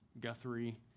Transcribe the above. Guthrie